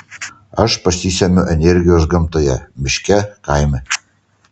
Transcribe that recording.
aš pasisemiu energijos gamtoje miške kaime